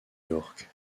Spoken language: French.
york